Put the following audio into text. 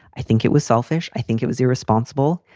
i think it was selfish. i think it was irresponsible.